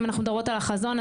אם אנחנו מדברות על החזון,